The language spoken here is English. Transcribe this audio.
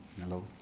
Hello